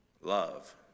Love